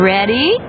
Ready